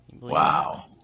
Wow